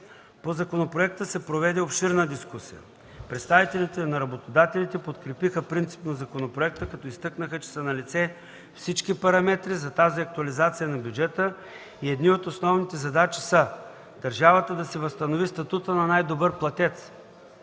По законопроекта се проведе обширна дискусия. Представителите на работодателите подкрепиха принципно законопроекта, като изтъкнаха, че са налице всички параметри за тази актуализация на бюджета и едни от основните задачи са: държавата да си възстанови статута на най-добър платец,